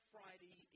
Friday